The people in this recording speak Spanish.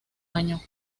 año